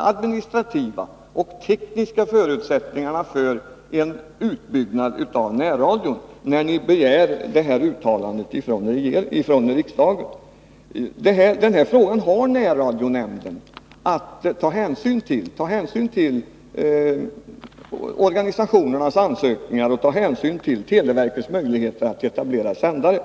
administrativa och tekniska förutsättningarna för en utbyggnad av närradion, när ni begär detta uttalande från riksdagen. Närradionämnden har att ta hänsyn till organisationernas ansökningar och televerkets möjligheter att etablera sändare.